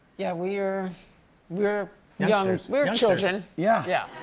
yeah we were were young we were children. yeah. yeah.